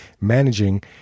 managing